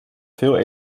veel